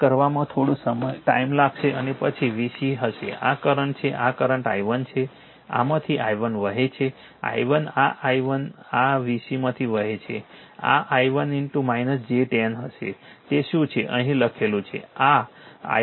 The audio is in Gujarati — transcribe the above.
તેને કરવામાં થોડો ટાઇમ લાગશે અને પછી Vc હશે આ કરંટ છે આ કરંટ i1 છે આમાંથી i1 વહે છે i1 આ i1 આ Vc માંથી વહે છે આ i1 j 10 હશે તે શું છે અહીં લખેલું છે કે આ i1 j 10 છે